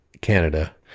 Canada